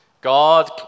God